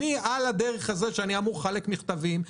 על הדרך שאני אמור לחלק מכתבים,